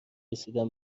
رسیدن